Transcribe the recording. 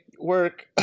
work